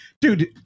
Dude